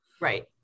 Right